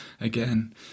again